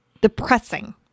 depressing